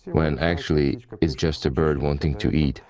when actually, it's just a bird wanting to eat,